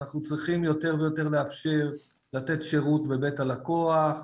אנחנו צריכים יותר ויותר לאפשר לתת שירות בבית הלקוח.